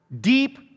deep